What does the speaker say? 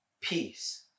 peace